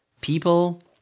people